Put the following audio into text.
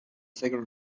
figure